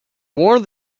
wore